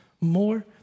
more